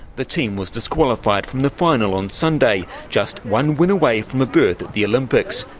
the team was disqualified from the final on sunday, just one win away from a berth at the olympics.